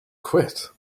quit